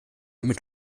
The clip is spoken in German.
mit